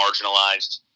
marginalized